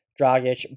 Dragic